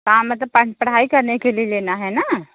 हाँ मतलब पढ़ाई करने के लिए लेना है ना